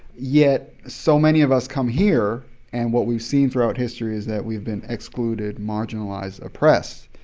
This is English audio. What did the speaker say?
yet so many of us come here and what we've seen throughout history is that we've been excluded, marginalized, oppressed.